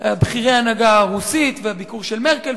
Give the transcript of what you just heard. בכירי ההנהגה הרוסית והביקור של מרקל.